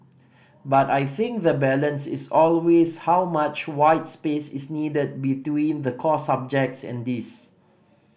but I think the balance is always how much white space is needed between the core subjects and this